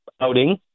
outing